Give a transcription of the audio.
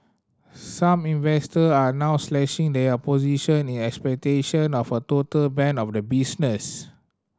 some investor are now slashing their position in expectation of a total ban of the business